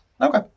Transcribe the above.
Okay